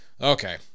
Okay